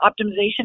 optimization